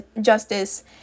justice